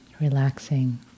relaxing